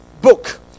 book